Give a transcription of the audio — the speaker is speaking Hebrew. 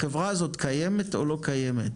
החברה הזאת קיימת או לא קיימת?